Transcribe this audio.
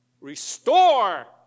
Restore